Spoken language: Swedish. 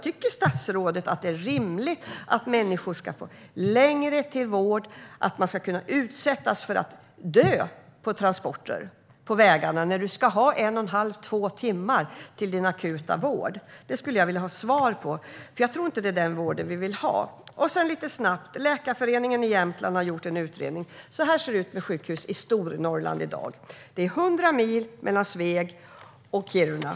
Tycker statsrådet att det är rimligt att människor ska få längre till vård, att de ska utsättas för att dö under transporter på vägarna när de ska ha en och en halv till två timmar till sin akuta vård? Det skulle jag vilja få svar på. Jag tror inte att det är den vården vi vill ha. Läkarföreningen i Jämtland har gjort en utredning. I Stornorrland ser det i dag ut som på den bild som jag visar för kammarens ledamöter. Det är 100 mil mellan Sveg och Kiruna.